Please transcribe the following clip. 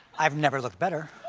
i've never looked better.